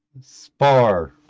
Spar